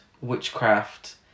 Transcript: witchcraft